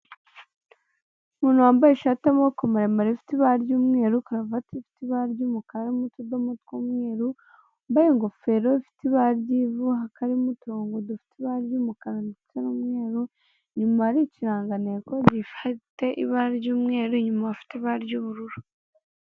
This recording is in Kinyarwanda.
Umuntu wambaye ishati y'amaboko maremare, afite ibara ry'umweru, karuvati ifite ibara ry'umukara n'utudomo tw'umweru wambaye ingofero ifite ibara ry'ivu hakarimo uturongo dufite ibara ry'umukara ndetse n'umweru, inyuma ari ikirangantego gifite ibara ry'umweru, inyuma afite ibara ry'ubururu.